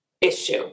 issue